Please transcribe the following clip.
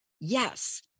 yes